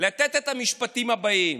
לתת את המשפטים הבאים.